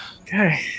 Okay